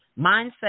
mindset